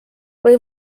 või